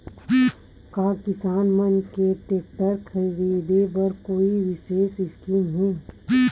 का किसान मन के टेक्टर ख़रीदे बर कोई विशेष स्कीम हे?